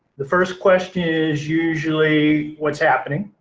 the first question is usually, what's happening?